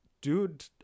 dude